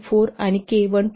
4 आणि 'K' 1